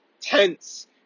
tense